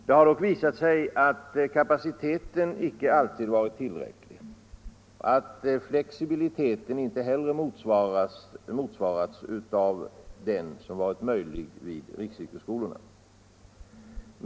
Det har dock visat sig att kapaciteten icke alltid varit tillräcklig och att flexibiliteten inte heller motsvarats av den som varit möjlig vid riksyrkesskolorna.